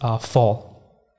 fall